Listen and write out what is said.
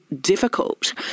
difficult